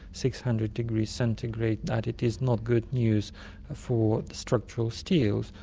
six hundred degrees centigrade that it is not good news for the structural steels,